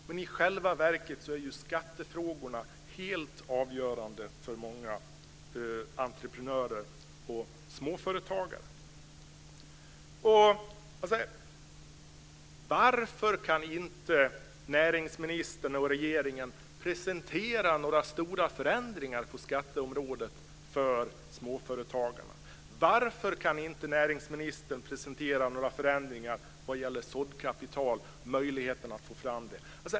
Men i själva verket är ju skattefrågorna helt avgörande för många entreprenörer och småföretagare. Varför kan inte näringsministern och regeringen presentera några stora förändringar på skatteområdet för småföretagarna? Varför kan inte näringsministern presentera några förändringar vad gäller möjligheten att få fram såddkapital?